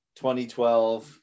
2012